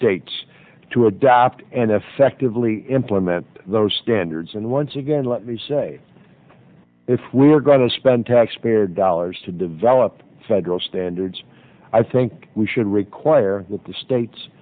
states to adopt and effectively implement those standards and once again let me say if we're going to spend taxpayer dollars to develop federal standards i think we should require the states